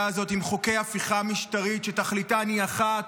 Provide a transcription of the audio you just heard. הזאת עם חוקי הפיכה משטרית שתכליתם היא אחת: